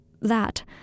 that